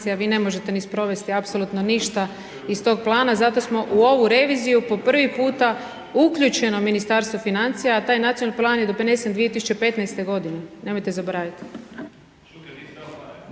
vi ne možemo ni sprovesti apsolutno ništa iz tog plana. Zato smo u ovu reviziju po prvi puta uključeno Ministarstvo financija a taj nacionalni plan je donesen 2015. g., nemojte zaboravit.